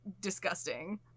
disgusting